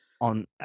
on